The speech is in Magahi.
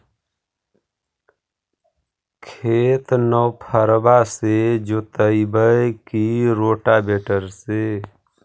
खेत नौफरबा से जोतइबै की रोटावेटर से?